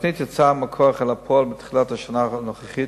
התוכנית יצאה מהכוח אל הפועל בתחילת השנה הנוכחית,